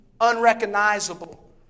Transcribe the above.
unrecognizable